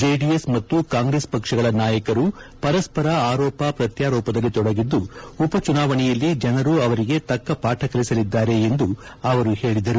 JDS ಮತ್ತು ಕಾಂಗ್ರೆಸ್ ಪಕ್ಷಗಳ ನಾಯಕರು ಪರಸ್ಪರ ಆರೋಪ ಪ್ರತ್ಯಾರೋಪದಲ್ಲಿ ತೊಡಗಿದ್ದು ಉಪಚುನಾವಣೆಯಲ್ಲಿ ಜನರು ಅವರಿಗೆ ತಕ್ಕ ಪಾಠ ಕಲಿಸಲಿದ್ದಾರೆ ಎಂದು ಅವರು ಹೇಳಿದರು